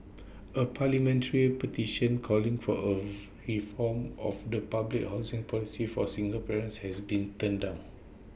A parliamentary petition calling for of reform of the public housing policy for single parents has been turned down